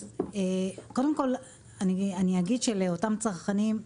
אז קודם כל אני אגיד שלאותם צרכנים,